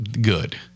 good